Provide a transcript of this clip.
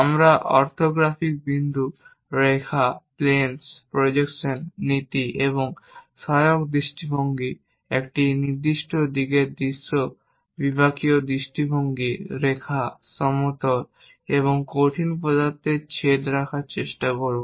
আমরা অর্থোগ্রাফিক বিন্দু রেখা প্লেনস প্রজেকশান নীতি এবং সহায়ক দৃষ্টিভঙ্গি একটি নির্দিষ্ট দিকের দৃশ্য বিভাগীয় দৃষ্টিভঙ্গি রেখা সমতল এবং কঠিন পদার্থের ছেদ দেখার চেষ্টা করব